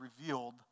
revealed